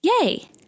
Yay